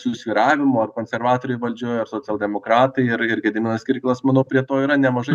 susvyravimų ar konservatoriai valdžioj ar socialdemokratai ir ir gediminas kirkilas manau prie to yra nemažai